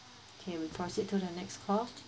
okay we proceed to the next call